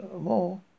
more